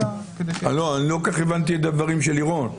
כך הבנתי את הדברים של לירון.